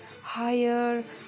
higher